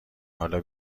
حالا